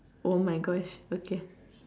oh my Gosh okay